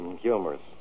Humorous